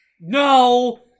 No